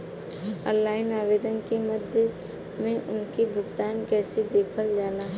Online आवेदन के माध्यम से उनके भुगतान कैसे देखल जाला?